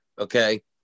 Okay